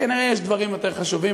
כנראה יש דברים יותר חשובים.